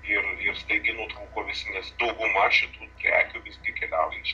ir ir staigiai nutrūko nes dauguma šitų prekių vis tik keliauja iš